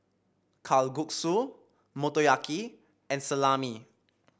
Kalguksu Motoyaki and Salami